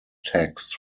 text